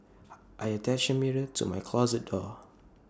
I attached A mirror to my closet door